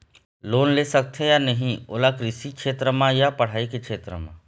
Loan ले सकथे या नहीं ओला कृषि क्षेत्र मा या पढ़ई के क्षेत्र मा?